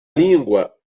língua